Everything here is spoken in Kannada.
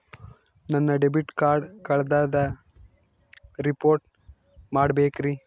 ನನ್ನ ಡೆಬಿಟ್ ಕಾರ್ಡ್ ಕಳ್ದದ ರಿಪೋರ್ಟ್ ಮಾಡಬೇಕ್ರಿ